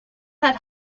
had